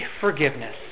forgiveness